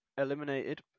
eliminated